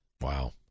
Wow